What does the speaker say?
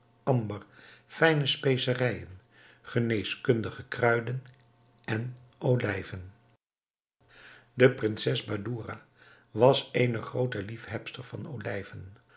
amber fijne specerijen geneeskundige kruiden en olijven de prinses badoura was eene groote liefhebster van